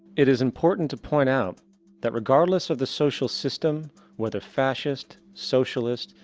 it is important to point out that regardless of the social system whether fascist, socialist,